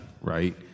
right